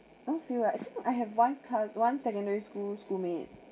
I feel like I think I have one co~ one secondary school schoolmate